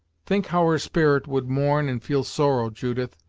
think how her spirit would mourn and feel sorrow, judith,